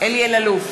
אלי אלאלוף,